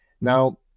Now